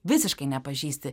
visiškai nepažįsti